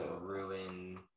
ruin